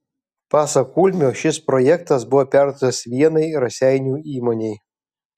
pasak ulmio šis projektas buvo perduotas vienai raseinių įmonei